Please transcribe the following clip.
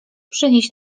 przynieś